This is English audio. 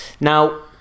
Now